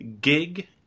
gig